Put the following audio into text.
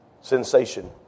Sensation